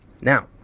Now